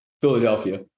philadelphia